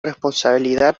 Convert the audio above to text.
responsabilidad